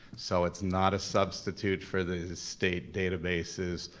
so it's not a substitute for the state databases,